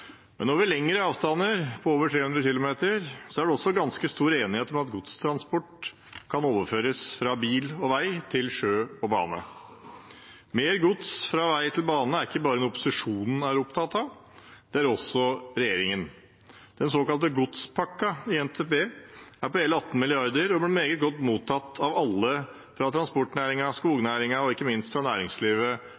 Men over lengre avstander på over 300 km er det også ganske stor enighet om at godstransport kan overføres fra bil og vei til sjø og bane. Mer gods fra vei til bane er ikke bare noe opposisjonen er opptatt av. Det er også regjeringen. Den såkalte godspakken i NTP er på hele 18 mrd. kr og ble meget godt mottatt av alle fra